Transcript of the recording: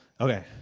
Okay